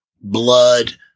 blood